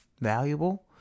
valuable